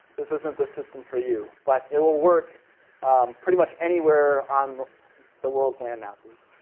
this isn't the system for you. but it'll work pretty much anywhere on the world's landmasses.